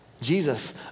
Jesus